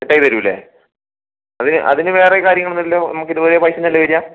cut ആക്കി തരില്ലേ അതിന് വേറേ കാര്യങ്ങൾ വരില്ലല്ലൊ നമുക്ക് ഇതേ പൈസ തന്നെ അല്ലെ വരിക